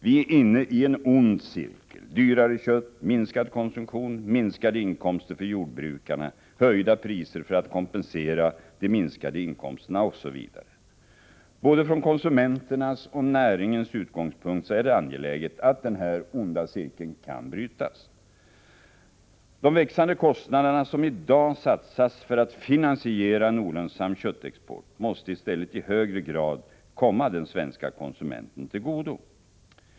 Vi är inne i en ond cirkel, dyrare kött, minskad konsumtion, minskade inkomster för jordbrukarna, höjda priser för att kompensera de minskade inkomsterna OSV. Både från konsumenternas och näringens utgångspunkt är det angeläget att denna onda cirkel bryts. De växande kostnaderna som i dag satsas för att finansiera en olönsam köttexport måste i stället i högre grad komma den svenska konsumenten till godo.